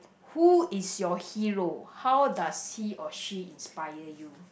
who is your hero how does he or she inspire you